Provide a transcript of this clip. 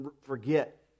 forget